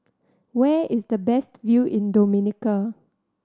where is the best view in Dominica